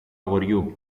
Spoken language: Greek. αγοριού